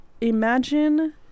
Imagine